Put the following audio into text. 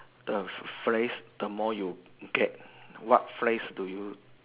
the phrase the more you get what phrase do you